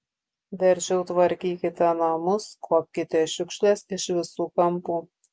verčiau tvarkykite namus kuopkite šiukšles iš visų kampų